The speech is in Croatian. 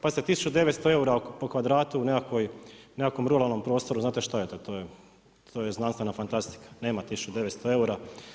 Pazite 1900 eura po kvadratu u nekakvom ruralnom prostoru, znate šta je to, to je znanstvena fantastika, nema 1900 eura.